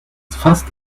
fast